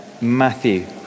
Matthew